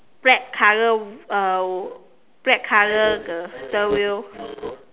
black color uh black color the steer wheel